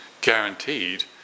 guaranteed